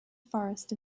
forest